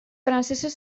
francesos